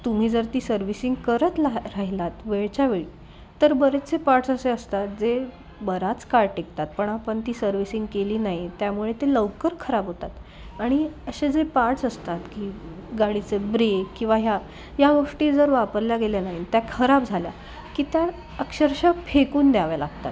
तुम्ही जर ती सर्व्हिसिंग करत ला राहिलात वेळच्या वेळी तर बरेचसे पार्ट्स असे असतात जे बराच काळ टिकतात पण आपण ती सर्व्हिसिंग केली नाही त्यामुळे ते लवकर खराब होतात आणि असे जे पार्ट्स असतात की गाडीचे ब्रेक किंवा ह्या या गोष्टी जर वापरल्या गेल्या नाही त्या खराब झाल्या की त्या अक्षरशः फेकून द्याव्या लागतात